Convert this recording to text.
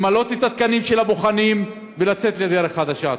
למלא את התקנים של הבוחנים ולצאת לדרך חדשה.